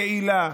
יעילה,